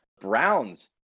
Browns